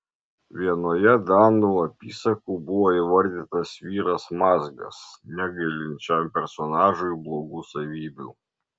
vienoje danų apysakų buvo įvardytas vyras mazgas negailint šiam personažui blogų savybių